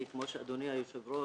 כי כמו שאמר אדוני היושב-ראש,